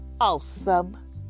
awesome